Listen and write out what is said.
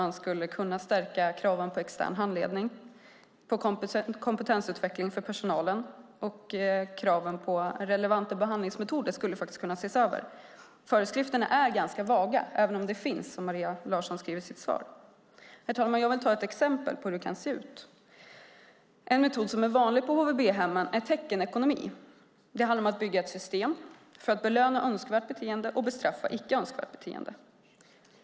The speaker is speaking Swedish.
Kanske skulle kraven på extern handledning och på kompetensutveckling för personalen skärpas. Också kraven på relevanta behandlingsmetoder skulle kunna ses över. Föreskrifterna är ganska vaga - även om de finns, som Maria Larsson skriver i sitt svar. Herr talman! Låt mig ge ett exempel på hur det kan se ut. En metod som är vanlig på HVB-hemmen är teckenekonomi. Det handlar om att bygga ett system för att belöna önskvärt beteende och bestraffa icke önskvärt beteende.